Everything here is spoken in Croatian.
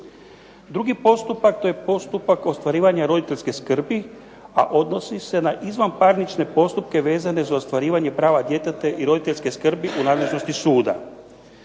Drugi postupak to je postupak ostvarivanja roditeljske skrbi, a odnosi se na izvanparnične postupke vezane za ostvarivanje prava djeteta i roditeljske skrbi u nadležnosti suda.